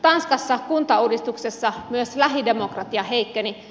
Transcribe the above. tanskassa kuntauudistuksessa myös lähidemokratia heikkeni